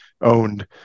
owned